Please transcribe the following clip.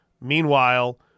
Meanwhile